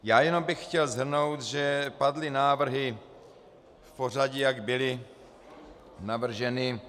Já jenom bych chtěl shrnout, že padly návrhy v pořadí, jak byly navrženy.